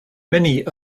many